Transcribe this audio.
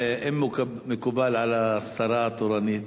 אם מקובל על השרה התורנית